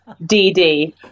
DD